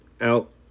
out